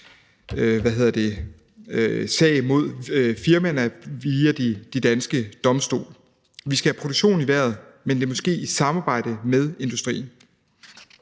sag mod firmaerne via de danske domstole. Vi skal have produktionen i vejret, men det må ske i samarbejde med industrien.